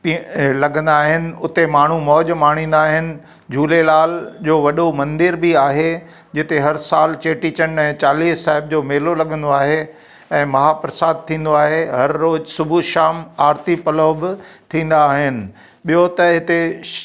P लगंदा आहिनि उते माण्हू मौज माणींदा आहिनि झूलेलाल जो वॾो मंदिर बि आहे जिते हर साल चेटीचंड ऐं चालीहे साहब जो मेलो लगंदो आहे ऐं महाप्रसाद थींदो आहे हर रोज सुबह शाम आरती पलउ बि थींदा आहिनि ॿियो त हिते श